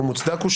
ומוצדק הוא,